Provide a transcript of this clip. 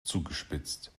zugespitzt